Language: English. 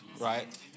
right